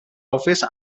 office